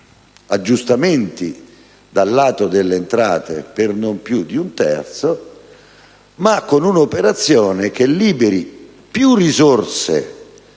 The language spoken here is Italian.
aggiustamenti dal lato delle entrate per non più di un terzo, ma con un'operazione che liberi più risorse